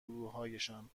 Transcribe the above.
گروهایشان